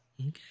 Okay